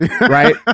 right